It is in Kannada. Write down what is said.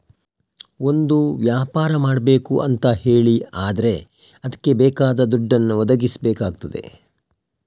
ಒಂದು ವ್ಯಾಪಾರ ಮಾಡ್ಬೇಕು ಅಂತ ಹೇಳಿ ಆದ್ರೆ ಅದ್ಕೆ ಬೇಕಾದ ದುಡ್ಡನ್ನ ಒದಗಿಸಬೇಕಾಗ್ತದೆ